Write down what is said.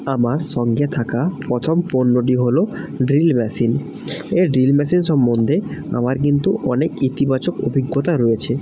আমার সঙ্গে থাকা প্রথম পণ্যটি হলো ড্রিল মেশিন এ ড্রিল মেশিন সম্বন্ধে আমার কিন্তু অনেক ইতিবাচক অভিজ্ঞতা রয়েছে